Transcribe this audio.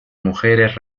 mujeres